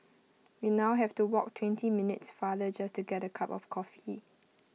we now have to walk twenty minutes farther just to get A cup of coffee